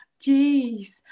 Jeez